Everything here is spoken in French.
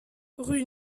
rue